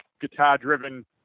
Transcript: guitar-driven